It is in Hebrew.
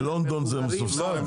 הרכבת בלונדון מסובסדת?